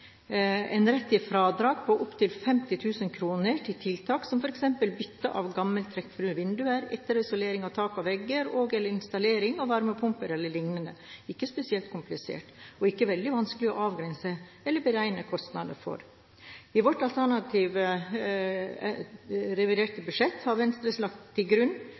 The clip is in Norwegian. en rett til et fradrag på inntil 50 000 kr til tiltak som f.eks. bytte av gamle trekkfulle vinduer, etterisolering av tak og vegger og/eller installering av varmepumpe eller lignende. Det er ikke spesielt komplisert og ikke veldig vanskelig å avgrense eller beregne kostnader for. I vårt alternativ til revidert budsjett har Venstre lagt til grunn